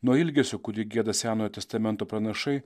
nuo ilgesio kurį gieda senojo testamento pranašai